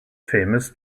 famous